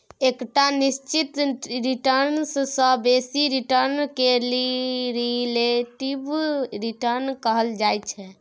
एकटा निश्चित रिटर्न सँ बेसी रिटर्न केँ रिलेटिब रिटर्न कहल जाइ छै